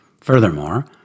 Furthermore